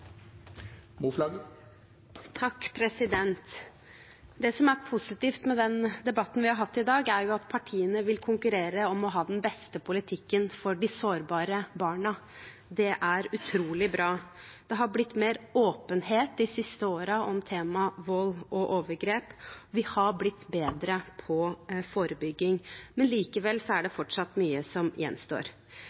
positivt med den debatten vi har hatt i dag, er at partiene vil konkurrere om å ha den beste politikken for de sårbare barna. Det er utrolig bra. Det har blitt mer åpenhet de siste årene om temaet vold og overgrep. Vi har blitt bedre på forebygging. Likevel er det fortsatt mye som gjenstår.